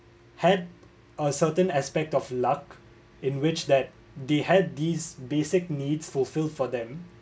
had a certain aspect of luck in which that they had these basic needs fulfil for them